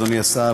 אדוני השר,